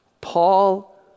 Paul